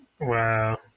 Wow